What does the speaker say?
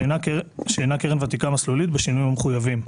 שאינה קרן ותיקה מסלולית בשינויים המחויבים.